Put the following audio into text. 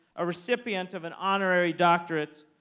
a recipient of an honorary doctorate,